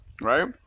right